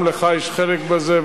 גם לך יש חלק בזה,